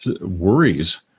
worries